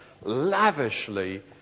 lavishly